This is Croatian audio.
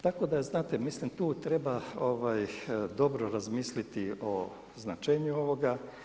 Tako da znate, mislim tu treba dobro razmisliti o značenju ovoga.